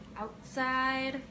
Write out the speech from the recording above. Outside